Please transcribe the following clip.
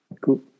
Cool